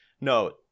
No